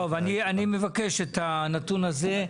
טוב, אני מבקש את הנתון הזה.